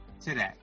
today